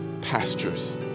pastures